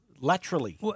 laterally